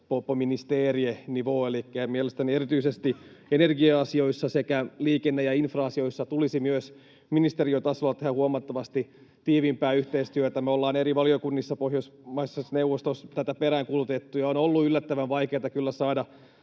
ministerienivå. Elikkä mielestäni erityisesti energia-asioissa sekä liikenne- ja infra-asioissa tulisi myös ministeriötasolla tehdä huomattavasti tiiviimpää yhteistyötä. Me ollaan eri valiokunnissa Pohjoismaiden neuvostossa tätä peräänkuulutettu, ja on ollut yllättävän vaikeata kyllä saada